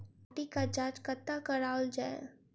माटिक जाँच कतह कराओल जाए?